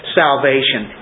salvation